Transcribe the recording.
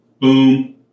Boom